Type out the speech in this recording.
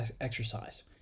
exercise